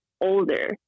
older